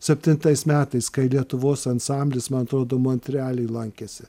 septintais metais kai lietuvos ansamblis man atrodo montrealy lankėsi